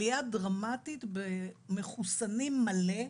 עלייה דרמטית במחוסנים מלא,